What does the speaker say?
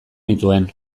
nituen